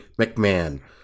McMahon